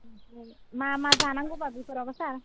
ओमफ्राय मा मा जानांगौबा बेफोरावबा सार